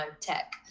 tech